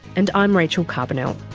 and i'm rachel carbonell